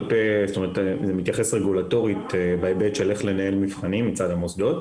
זה מתייחס רגולטורית בהיבט של איך לנהל מבחנים מצד המוסדות.